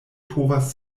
povas